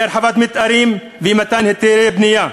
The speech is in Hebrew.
אי-הרחבת מתארים ואי-מתן היתרי בנייה.